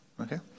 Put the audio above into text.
Okay